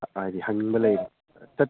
ꯍꯥꯏꯗꯤ ꯍꯪꯅꯤꯡꯕ ꯂꯩꯔꯗꯤ